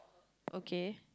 okay